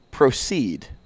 Proceed